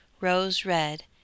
rose-red